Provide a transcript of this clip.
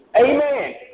Amen